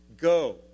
Go